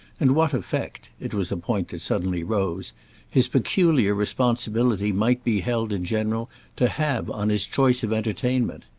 and what effect it was a point that suddenly rose his peculiar responsibility might be held in general to have on his choice of entertainment.